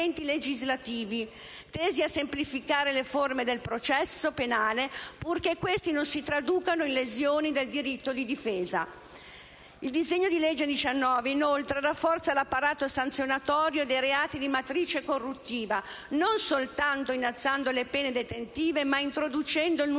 Il disegno di legge n. 19, inoltre, rafforza l'apparato sanzionatorio dei reati di matrice corruttiva, non soltanto innalzando le pene detentive, ma introducendo il nuovo